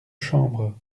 chambres